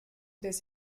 des